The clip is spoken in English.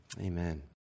Amen